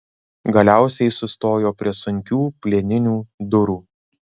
galiausiai sustojo prie sunkių plieninių durų